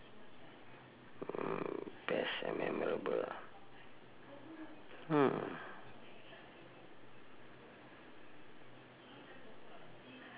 mm best and memorable ah hmm